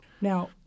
Now